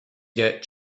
get